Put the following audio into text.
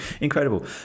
Incredible